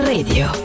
Radio